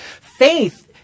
faith